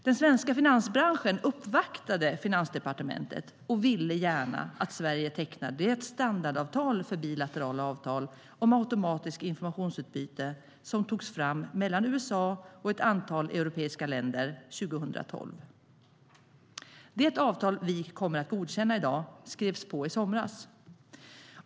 Den svenska finansbranschen uppvaktade Finansdepartementet och ville gärna att även Sverige undertecknar det standardavtal för bilaterala avtal om automatiskt informationsutbyte som togs fram mellan USA och ett antal europeiska länder 2012. Det avtal som vi kommer att godkänna i dag skrevs på i somras.